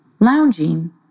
Lounging